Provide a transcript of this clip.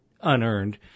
unearned